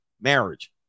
marriage